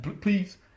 please